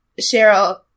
Cheryl